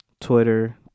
Twitter